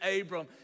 Abram